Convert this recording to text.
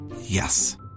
Yes